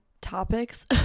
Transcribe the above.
topics